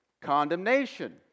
Condemnation